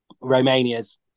Romania's